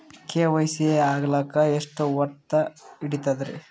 KYC ಆಗಲಕ್ಕ ಎಷ್ಟ ಹೊತ್ತ ಹಿಡತದ್ರಿ?